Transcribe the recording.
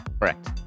correct